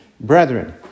brethren